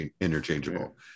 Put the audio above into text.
interchangeable